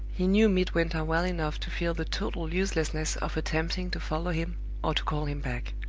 he knew midwinter well enough to feel the total uselessness of attempting to follow him or to call him back.